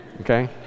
okay